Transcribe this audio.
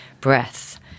breath